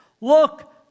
Look